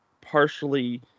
partially